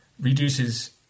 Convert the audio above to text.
reduces